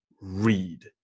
read